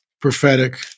prophetic